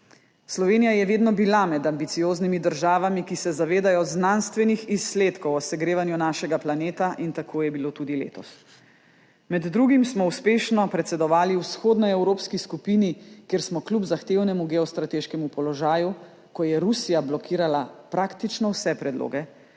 Slovenija je vedno bila med ambicioznimi državami, ki se zavedajo znanstvenih izsledkov o segrevanju našega planeta. In tako je bilo tudi letos. Med drugim smo uspešno predsedovali vzhodnoevropski skupini, kjer smo kljub zahtevnemu geostrateškemu položaju, ko je Rusija blokirala praktično vse predloge,